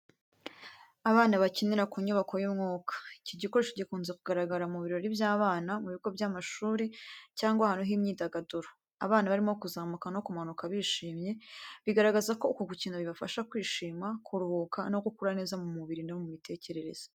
Abana bakinira ku nyubako y’umwuka. Iki gikoresho gikunze kugaragara mu birori by’abana, mu bigo by’amashuri cyangwa ahantu h’imyidagaduro. Abana barimo kuzamuka no kumanuka bishimye, bigaragaza uko gukina bibafasha kwishima, kuruhuka no gukura neza mu mubiri no mu mitekerereze.